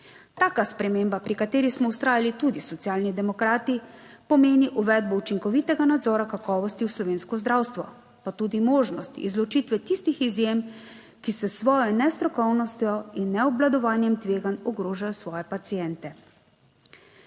Taka sprememba, pri kateri smo vztrajali tudi Socialni demokrati, pomeni uvedbo učinkovitega nadzora kakovosti v slovensko zdravstvo pa tudi možnost izločitve tistih izjem, ki s svojo nestrokovnostjo in neobvladovanjem tveganj ogrožajo svoje paciente.